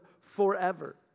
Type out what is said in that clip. forever